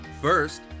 First